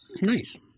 Nice